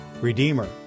Redeemer